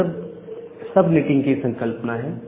यह सब नेटिंग की संकल्पना है